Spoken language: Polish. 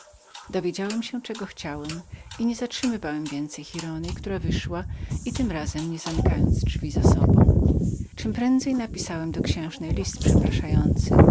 dowiedziałem się czego chciałem i nie zatrzymywałem więcej giraldy która wyszła i tym razem nie zamykając drzwi za sobą czemprędzej napisałem do księżnej list z